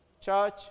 Church